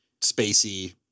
Spacey